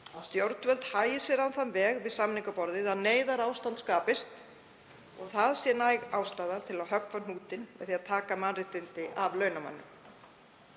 að stjórnvöld hagi sér á þann veg við samningaborðið að neyðarástand skapist og það sé næg ástæða til að höggva á hnútinn með því að taka mannréttindi af launamönnum.